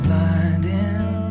Blinding